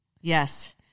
Yes